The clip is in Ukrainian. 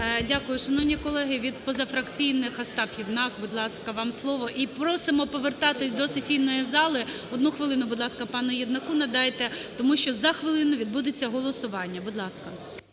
Дякую. Шановні колеги, від позафракційних Остап Єднак. Будь ласка, вам слово. І просимо повертатися до сесійної зали, одну хвилину, будь ласка, пану Єднаку надайте, тому що за хвилину відбудеться голосування. Будь ласка.